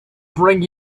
bring